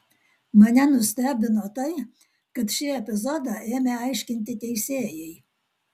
mane nustebino tai kad šį epizodą ėmė aiškinti teisėjai